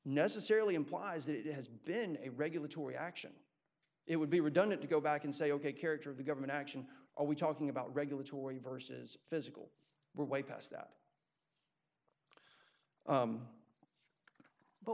necessarily implies that it has been a regulatory action it would be redundant to go back and say ok character of the government action are we talking about regulatory versus physical we're way past that